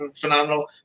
phenomenal